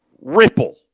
Ripple